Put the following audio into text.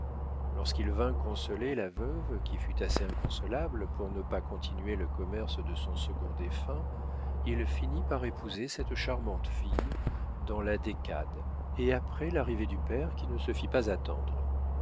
lorsqu'il vint consoler la veuve qui fut assez inconsolable pour ne pas continuer le commerce de son second défunt il finit par épouser cette charmante fille dans la décade et après l'arrivée du père qui ne se fit pas attendre